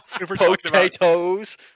Potatoes